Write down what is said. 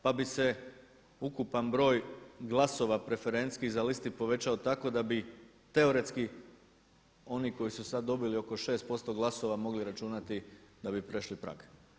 Pa bi se ukupan broj preferencijskih za liste povećao tako da bi teoretski oni koji su sad dobili oko 6% glasova mogli računati da bi prešli prag.